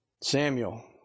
Samuel